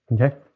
Okay